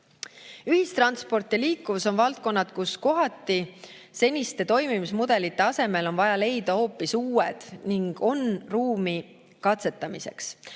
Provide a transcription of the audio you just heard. Ühistransport ja liikuvus on valdkonnad, kus on seniste toimimismudelite asemele vaja kohati leida hoopis uued – ning on ruumi katsetamiseks.